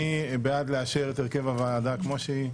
מי בעד לאשר את הרכב הוועדה כמו שהוצג?